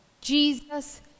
Jesus